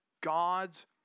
God's